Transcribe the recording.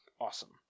Awesome